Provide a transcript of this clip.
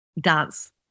dance